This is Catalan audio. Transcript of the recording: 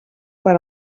per